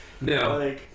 No